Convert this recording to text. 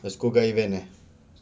that SCOGA event eh